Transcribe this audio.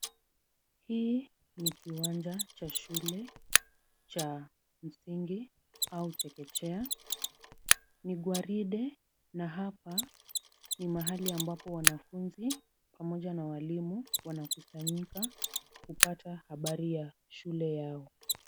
Hii ni kiwanja cha shule cha msingi au chekechea. Ni gwaride na hapa ni mahali ambapo wanafunzi pamoja na walimu wanakusanyika kupata habari ya shule yao.